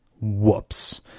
Whoops